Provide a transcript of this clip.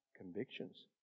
convictions